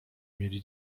mieli